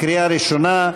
קריאה ראשונה.